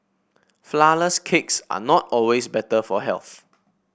flourless cakes are not always better for health